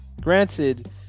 granted